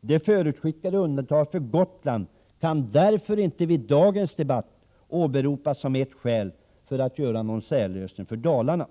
Det förutskickade undantaget för Gotland kan därför inte i dagens debatt åberopas som ett skäl för att göra någon särlösning för Dalarna.